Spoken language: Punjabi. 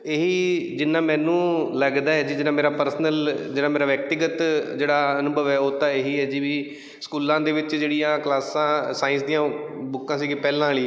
ਇਹੀ ਜਿੰਨਾ ਮੈਨੂੰ ਲੱਗਦਾ ਜੀ ਜਿਹੜਾ ਮੇਰਾ ਪਰਸਨਲ ਜਿਹੜਾ ਮੇਰਾ ਵਿਅਕਤੀਗਤ ਜਿਹੜਾ ਅਨੁਭਵ ਹੈ ਉਹ ਤਾਂ ਇਹੀ ਹੈ ਜੀ ਵੀ ਸਕੂਲਾਂ ਦੇ ਵਿੱਚ ਜਿਹੜੀਆਂ ਕਲਾਸਾਂ ਸਾਇੰਸ ਦੀਆਂ ਬੁੱਕਾਂ ਸੀ ਕਿ ਪਹਿਲਾਂ ਵਾਲੀ